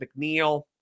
McNeil